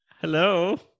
Hello